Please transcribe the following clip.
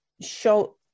show